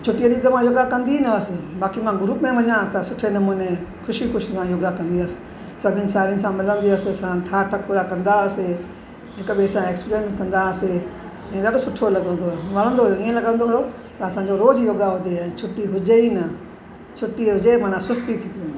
छुटीअ ॾींहं त मां योगा कंदी ई न हुअसि बाक़ी मां ग्रुप में वञां त सुठे नमूने ख़ुशी ख़ुशी मां योगा कंदी हुअसि सभिनि साहेड़ियुनि सां मिलंदी हुअसि साण ठाठ पूरा कंदा हअसि हिक ॿिए सां एक्सप्लेन कंदासीं हीअ ॾाढो सुठो लॻंदो हुहो वणंदो हुयो ईअं लॻंदो हुयो त असांजो रोज़ योगा हुजे छुटी हुजे ई न छुटी हुजे माना सुस्ती थी थी वञे